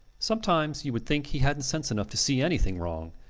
sometimes you would think he hadnt sense enough to see anything wrong.